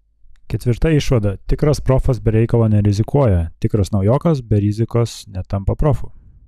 ketvirta išvada tikras profas be reikalo nerizikuoja tikras naujokas be rizikos netampa profu